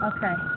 Okay